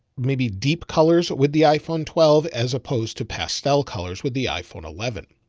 maybe deep colors with the iphone twelve, as opposed to pastel colors with the iphone eleven.